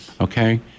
okay